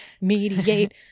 Mediate